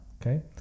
Okay